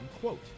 quote